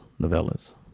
novellas